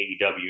AEW